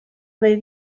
wnei